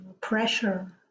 pressure